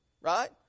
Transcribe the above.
right